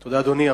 אדוני,